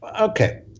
Okay